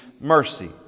mercy